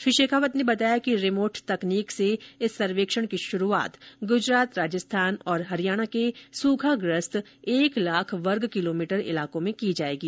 श्री शेखावत ने बताया कि रिमोट तकनीक से इस सर्वेक्षण की शुरूआत गुजरात राजस्थान और हरियाणा के सूखाग्रस्त एक लाख वर्ग किलोमीटर इलाकों में की जाएगी